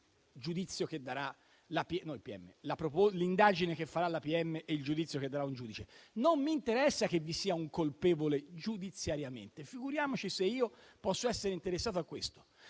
l'indagine che farà il pubblico ministero e il giudizio che darà un giudice. Non mi interessa che vi sia un colpevole giudiziariamente. Figuriamoci se io posso essere interessato a questo.